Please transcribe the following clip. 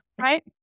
right